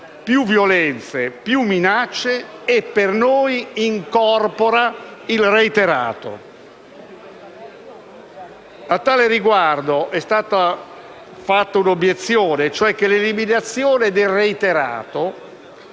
più violenze, più minacce e per noi quindi incorpora il «reiterato». A tal riguardo è stata fatta un'obiezione e cioè che l'eliminazione del «reiterato»